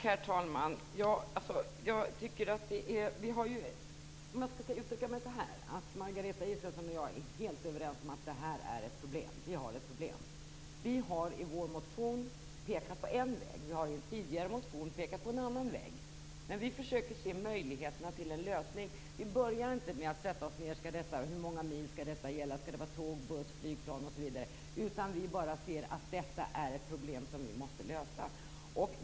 Herr talman! Margareta Israelsson och jag är helt överens om att det är ett problem. Vi har ett problem. Vi har i vår motion pekat på en väg. Vi har i en tidigare motion pekat på en annan väg. Vi försöker se möjligheterna till en lösning. Vi börjar inte med att sätta oss ned och diskutera hur många mil det skall gälla och om det skall gälla tåg, buss eller flygplan. Vi ser bara att det är ett problem som vi måste lösa.